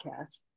podcast